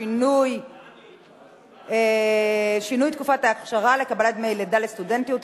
שינוי תקופת האכשרה לקבלת דמי לידה לסטודנטיות),